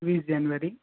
વીસ જાન્યુઆરી